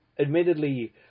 admittedly